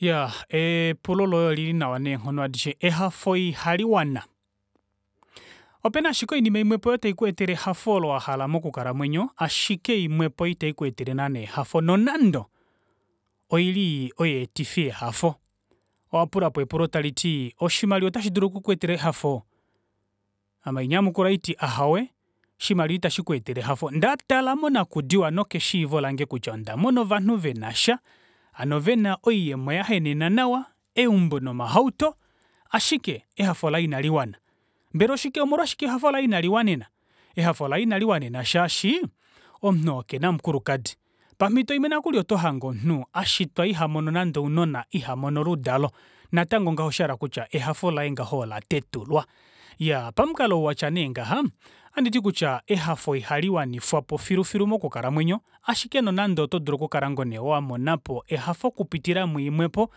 Iyaa epulo loye olili nawa neenghono adishe ehafo ihaliwana. Opena ashike oinima imwe oyo taikweetele ehafo moku kalamwenyo ashike imwepo ita ikweetele naana ehafo nonando oili oyeetifi yehafo. Owapulapo epulo taliti osimaliwa ota shidulu oku kweetela ehafo? Ame hainyamukula haiti ahowe oshimaliwa ita shikweetele ehafo ndatala monakudiwa nokeshiivo lange kutya onda mona ovanhu venasha hano vena oyuyemo yahenenana nawa eumbo nomahauto ashike ehafo laye inaliwana. Mbela omolwashike ehafo laye ina liwanena? Ehafo laye ina liwanena shaashi omunhu ookena omukulukadi pamito imwe oto hange omunhu ihamono nande ounona ihamono oludalo natango ngaho osha hala okutya ehafo laye ngaho ola tetulwa. Iyaa pamukalo nee watya neengaha ohanditi kutya ehafo ihaliwanifwapo filu filu moku kalamwenyo ashike nonande oto dulu ngaane okukal awamonapo ehafo okupitila muimwepo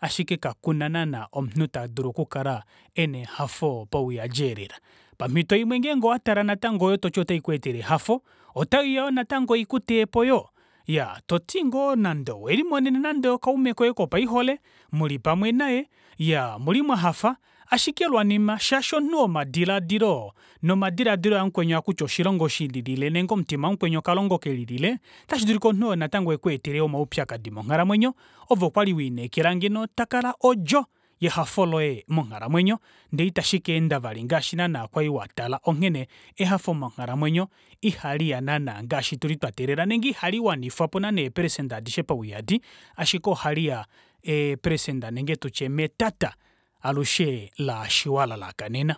ashike kakuna naana omunhu tadulu okukala ena ehafo pauyadi eelela. Pamito imwe ngeenge owatala natango oyo toti ota ikweetele ehafo ota iya yoo natango ikuteyepo yoo iyaa toti ngoo nande owelimonena okaume koye kopaihole muli pamwe naye iyaa omuli mwahafa, ashike lwanima shaashi omunhu womadilaadilo nomadilaadilo amukweni ohakuti oshilongo shilile nenge omutima wamukweni okalongo kelilile ota shiduluka omunhu oo natango ekweetele omaupyakadi monghalamwenyo ove okwali welineekela ngeno takala odjo yehafo loye monghalamwenyo ndee ita shika enda vali ngaashi naana kwai watala onghene ehafo monghalamwenyo ihaliya naana ngaashi tuli twa teelela nenge ihali wanifwapo naana eprecenter adishe pauyadi ashike ohaliya ee precenter nenge tutye metata. alushe laasho walalakanena.